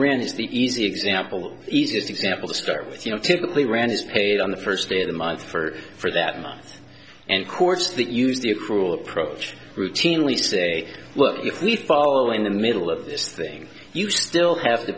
it's the easy example easiest example to start with you know typically randi is paid on the first day of the month for for that month and courts that use the cruel approach routinely say well if we fall in the middle of this thing you still have to